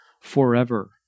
forever